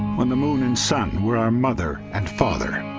on the moon and sun were our mother and father